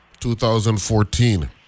2014